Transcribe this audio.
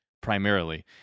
primarily